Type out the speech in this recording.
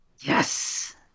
yes